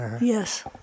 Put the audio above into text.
Yes